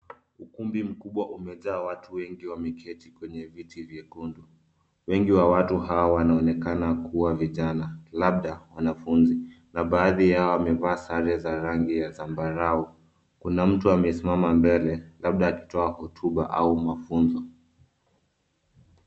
Ukumbi mkubwa umejaa watu wengi wameketi kwenye viti vyekundu, wengi wa watu hawa wanaonekana kuwa vijana, labda wanafunzi na baadhi yao wamevaa sare za rangi ya zambarau, kuna mtu amesimama mbele labda akitoa hotuba au mafunzo.